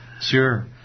Sure